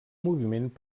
moviment